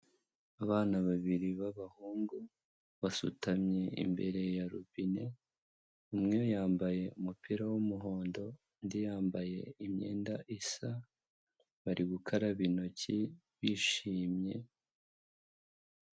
Abana babiri b'abahungu basutamye imbere ya rubine, umwe yambaye umupira w'umuhondo undi yambaye imyenda, isa bari gukaraba intoki bishimye.